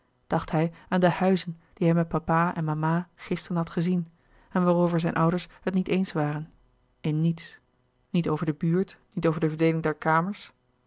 dacht hij aan de huizen die hij met papa en mama gisteren had gezien en waarover zijne ouders het niet eens waren in niets niet over de buurt niet over de verdeeling der kamers